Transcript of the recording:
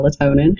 melatonin